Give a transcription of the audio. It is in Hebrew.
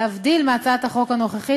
להבדיל מהצעת החוק הנוכחית,